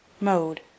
Mode